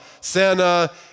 Santa